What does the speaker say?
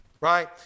Right